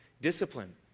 Discipline